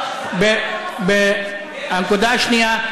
הנקודה השנייה: